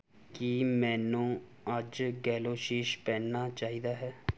ਕੀ ਮੈਨੂੰ ਅੱਜ ਗੈਲੋਸ਼ੀਸ਼ ਪਹਿਨਣਾ ਚਾਹੀਦਾ ਹੈ